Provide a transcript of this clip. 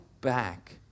back